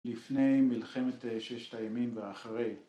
‫לפני מלחמת ששת הימים ואחרי.